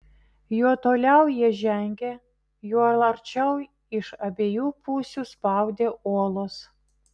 juo toliau jie žengė juo arčiau iš abiejų pusių spaudė uolos